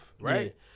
right